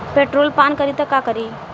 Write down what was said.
Petrol पान करी त का करी?